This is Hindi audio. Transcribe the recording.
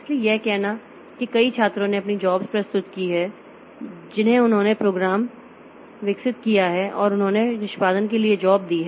इसलिए यह कहना है कि कई छात्रों ने अपनी जॉब्स प्रस्तुत की है जिन्हें उन्होंने प्रोग्राम विकसित किया है और उन्होंने निष्पादन के लिए अपनी जॉब दी है